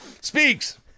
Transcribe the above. speaks